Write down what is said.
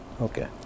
Okay